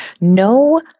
no